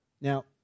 Now